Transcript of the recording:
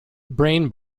brain